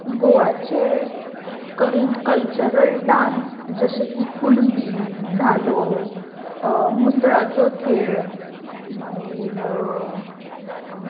गोवाचे कर cultural dance जशे की कुणबी धालो मुसळाचो खेळ मागीर